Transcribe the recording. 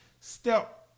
Step